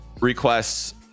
requests